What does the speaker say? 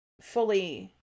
fully